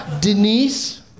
Denise